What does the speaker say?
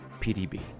PDB